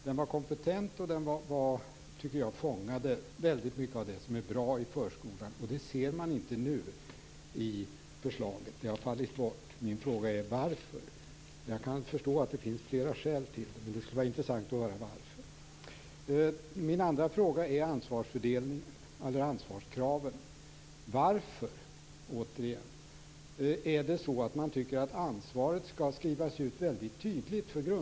Den var kompetent, och jag tycker att den fångade väldigt mycket av det som är bra i förskolan. Detta ser man inte i det nu aktuella förslaget, utan det har fallit bort. Min fråga är: Varför? Jag kan förstå att det finns flera skäl till det, men det skulle vara intressant att höra vilka de är. Min andra fråga gäller ansvarskraven. Varför tycker man när det gäller grundskolan att ansvaret skall skrivas ut väldigt tydligt?